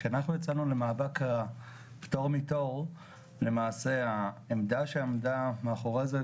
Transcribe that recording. כשאנחנו יצאנו למאבק על הפטור מתור למעשה העמדה שעמדה מאחורי זה,